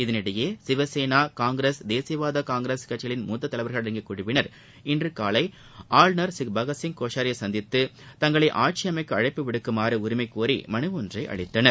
இதனினடயே சிவசேனா காங்கிரஸ் தேசியவாத காங்கிரஸ் கட்சிகளின் மூத்த தலைவர்கள் அடங்கிய குழுவினர் இன்று காலை ஆளுநர் திரு பகத்சிங் கோஷியாரியை சந்தித்து தங்களை ஆட்சி அமைக்க அழைப்பு விடுக்குமாறு உரிமை கோரி மனு ஒன்றை அளித்தனர்